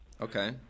Okay